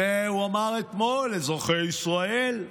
הוא אמר אתמול "אזרחי ישראל"